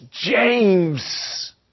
James